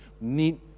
need